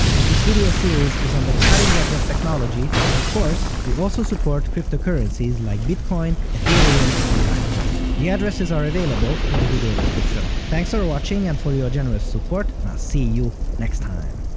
as this video series is on the cutting edge of technology, of course, we also support cryptocurrencies like bitcoin, ethereum, and like litecoin. the addresses are available in the video description. thanks for watching and for your generous support, and i'll see you next time!